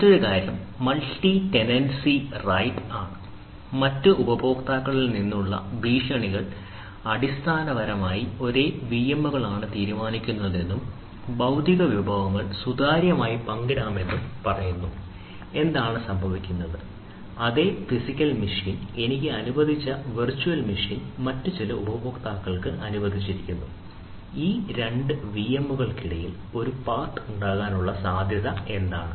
മറ്റൊരു കാര്യം multi tenancy right ഉണ്ടാകാനുള്ള സാധ്യത എന്താണ്